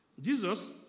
Jesus